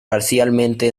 parcialmente